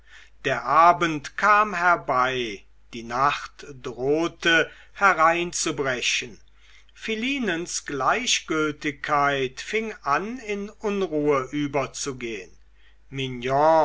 der abend kam herbei die nacht drohte hereinzubrechen philinens gleichgültigkeit fing an in unruhe überzugehen mignon